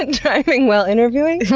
and driving while interviewing?